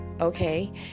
okay